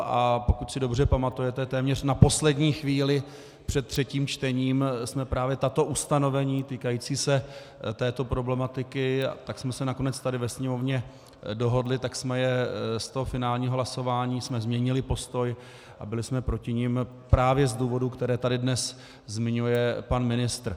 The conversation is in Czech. A pokud si dobře pamatujete, téměř na poslední chvíli před třetím čtením jsme právě tato ustanovení týkající se této problematiky, tak jsme se nakonec tady ve Sněmovně dohodli, tak jsme je z toho finálního hlasování, změnili jsme postoj a byli jsme proti nim právě z důvodů, které tady dnes zmiňuje pan ministr.